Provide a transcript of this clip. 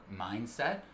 mindset